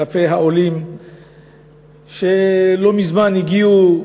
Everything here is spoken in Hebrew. כלפי העולים שלא מזמן הגיעו,